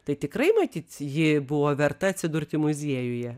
tai tikrai matyt ji buvo verta atsidurti muziejuje